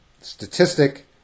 statistic